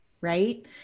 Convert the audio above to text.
right